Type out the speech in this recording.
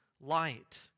light